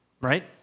right